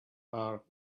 are